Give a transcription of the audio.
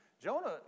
Jonah